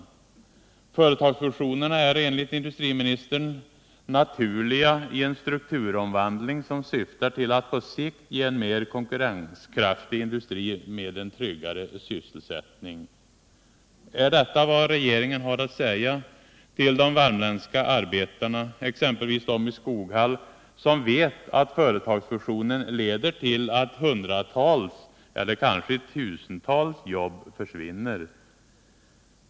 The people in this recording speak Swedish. Företagsfusionerna är enligt industriministern ”naturliga i en strukturomvandling som syftar till att på sikt ge en mer konkurrenskraftig industri med en tryggare sysselsättning”. Är detta vad regeringen har att säga till de värmländska arbetarna, exempelvis dem i Skoghall, som vet att företagsfusionen leder till att hundratals eller tusentals jobb försvinner?